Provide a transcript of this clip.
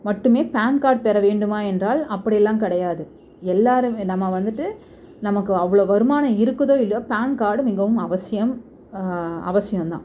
மட்டுமே PAN card பெற வேண்டுமா என்றால் அப்படியெல்லாம் கிடையாது எல்லாேருமே நம்ம வந்துட்டு நமக்கு அவ்வளோ வருமானம் இருக்குதோ இல்லையோ பேன் கார்டு மிகவும் அவசியம் அவசியம்தான்